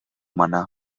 manar